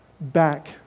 back